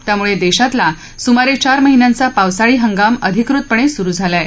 त्यामुळे देशातला सुमारे चार महिन्यांचा पावसाळी हंगाम अधिकृतपणे सुरू झाला आहे